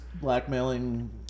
blackmailing